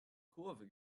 kurve